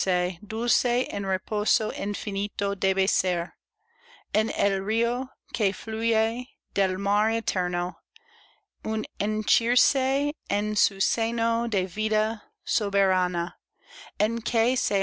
dulce en reposo infinito debe ser en el río